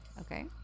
Okay